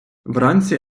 вранці